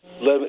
Let